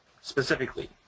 Specifically